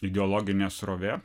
ideologinė srovė